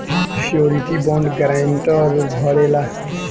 surety bond guarantor भरेला